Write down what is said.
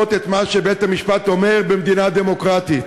את מה שבית-המשפט אומר במדינה דמוקרטית.